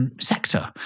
Sector